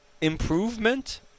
Improvement